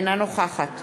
אינה נוכחת